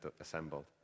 assembled